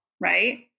right